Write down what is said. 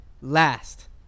Last